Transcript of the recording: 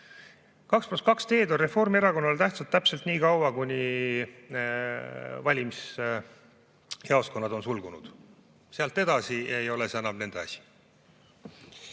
+ 2 teed on Reformierakonnale tähtsad täpselt niikaua, kuni valimisjaoskonnad on sulgunud. Sealt edasi ei ole see enam nende asi.